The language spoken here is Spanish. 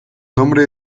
nombre